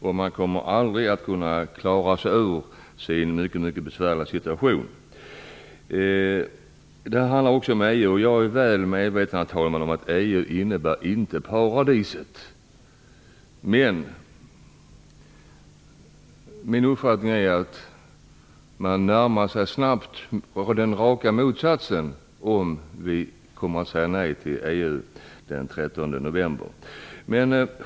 De kommer aldrig att klara sig ur sin mycket besvärliga situation. Denna fråga handlar också om EU. Jag är väl medveten om, herr talman, att EU inte innebär paradiset. Men min uppfattning är att vi snabbt kommer att närma oss den raka motsatsen om det blir ett nej till EU den 13 november.